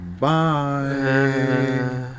Bye